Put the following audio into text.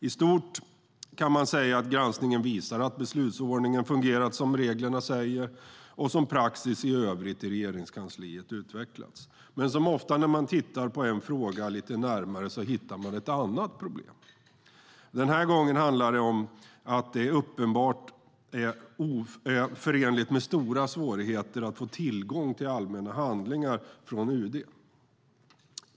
I stort kan sägas att granskningen visar att beslutsordningarna fungerat som reglerna säger och som praxis i övrigt i Regeringskansliet utvecklats. Men som så ofta när man tittar närmare på en fråga hittar man ett annat problem. Den här gången handlar det om att det uppenbart är förenligt med stora svårigheter att få tillgång till allmänna handlingar från UD.